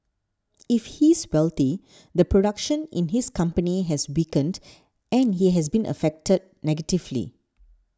if he's wealthy the production in his company has weakened and he has been affected negatively